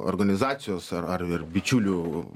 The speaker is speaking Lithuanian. organizacijos ar ar ar bičiulių